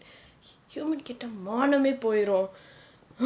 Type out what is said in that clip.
human கிட்டே மானமே போயிரும்:kittae maaname poyirum